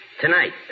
Tonight